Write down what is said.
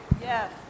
Yes